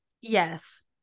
Yes